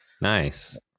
Nice